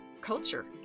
culture